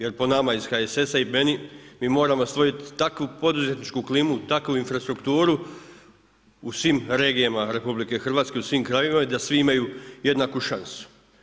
Jer po nama iz HSS-a i meni, mi moramo stvoriti takvu poduzetničku klimu, takvu infrastrukturu u svim regijama RH, u svim krajevima, da svi imaju jednaku šansu.